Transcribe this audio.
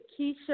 Keisha